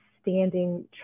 standing